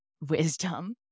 wisdom